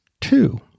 two